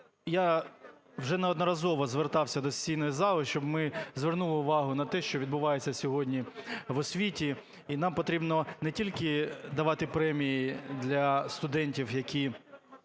я вже неодноразово звертався до сесійної зали, щоб ми звернули увагу на те, що відбувається сьогодні в освіті. І нам потрібно не тільки давати премії для студентів і